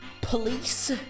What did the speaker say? police